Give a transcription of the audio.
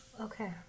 Okay